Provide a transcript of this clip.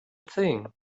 thing